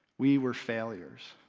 we were failures.